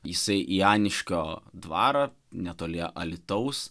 jisai į aniškio dvarą netoli alytaus